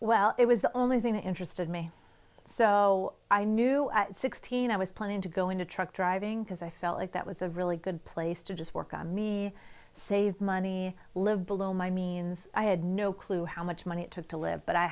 well it was the only thing that interested me so i knew at sixteen i was planning to go into truck driving because i felt like that was a really good place to just work on me save money live below my means i had no clue how much money it took to live but i